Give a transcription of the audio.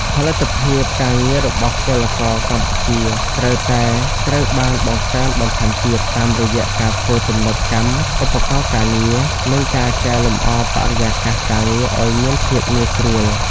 ផលិតភាពការងាររបស់ពលករកម្ពុជាត្រូវតែត្រូវបានបង្កើនបន្ថែមទៀត តាមរយៈការធ្វើទំនើបកម្មឧបករណ៍ការងារ និងការកែលម្អបរិយាកាសការងារឱ្យមានភាពងាយស្រួល។